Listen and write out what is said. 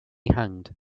hanged